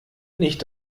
nicht